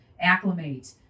acclimate